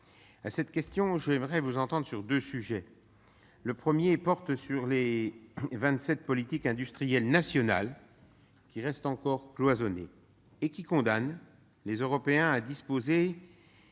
À cette question, j'aimerais vous entendre sur deux sujets. Le premier porte sur les 27 politiques industrielles nationales, qui restent encore cloisonnées et qui condamnent les Européens à disposer